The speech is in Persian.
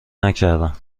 نکردم